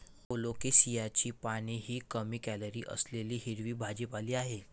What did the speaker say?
कोलोकेशियाची पाने ही कमी कॅलरी असलेली हिरवी पालेभाजी आहे